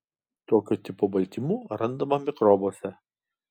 tokio tipo baltymų randama mikrobuose